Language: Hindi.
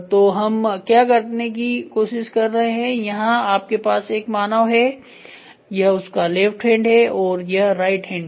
तो हम क्या करने की कोशिश कर रहे हैं यहां आपके पास एक मानव है यह उसका लेफ्ट हैंड है और यह राइट हैंड है